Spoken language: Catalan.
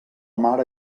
mare